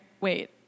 wait